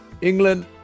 England